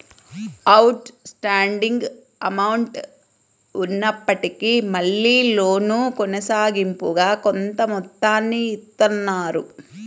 out standing amount ఉన్నప్పటికీ మళ్ళీ loan కొనసాగింపుగా కొంత మొత్తాన్ని ఇత్తన్నారు